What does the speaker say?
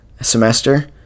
semester